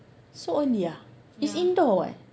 so early ah it's indoor [what]